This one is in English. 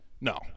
No